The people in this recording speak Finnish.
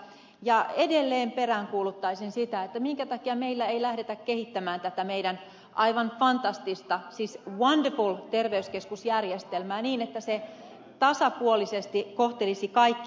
edelleen peräänkuuluttaisin sitä että minkä takia meillä ei lähdetä kehittämään tätä meidän aivan fantastista siis wonderful terveyskeskusjärjestelmää niin että se tasapuolisesti kohtelisi kaikkia